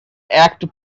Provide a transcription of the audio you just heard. act